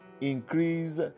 increase